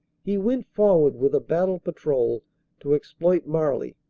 he went forward with a battle patrol to exploit marly,